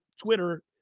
Twitter